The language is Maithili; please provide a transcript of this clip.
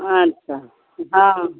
अच्छा हँ हँ